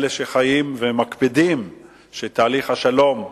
אלה שחיים ומקפידים שתהליך השלום יימשך,